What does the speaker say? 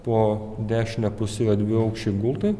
po dešine puse yra dviaukščiai gultai